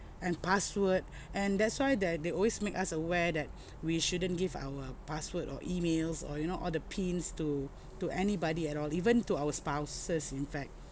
and password and that's why the~ they always make us aware that we shouldn't give our password or emails or you know all the pins to to anybody at all even to our spouses in fact